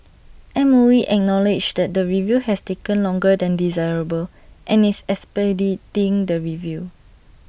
M O E acknowledges that the review has taken longer than desirable and is expediting the review